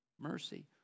mercy